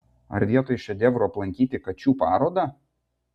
ar vietoj šedevrų aplankyti kačių parodą